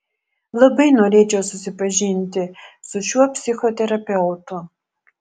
labai norėčiau susipažinti su šiuo psichoterapeutu